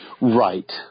Right